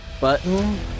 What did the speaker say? button